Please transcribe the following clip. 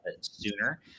sooner